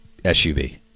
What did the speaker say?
SUV